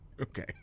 Okay